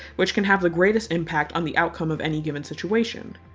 which can have the greatest impact on the outcome of any given situation.